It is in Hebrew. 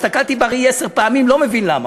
הסתכלתי בראי עשר פעמים, לא מבין למה.